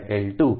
LLF LavgL2